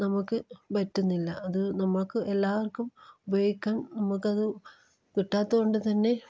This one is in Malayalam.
നമുക്ക് പറ്റുന്നില്ല അത് നമുക്ക് എല്ലാവർക്കും ഉപയോഗിക്കാൻ നമുക്കത് കിട്ടാത്തതുകൊണ്ട് തന്നെ